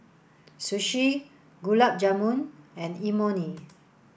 Sushi Gulab Jamun and Imoni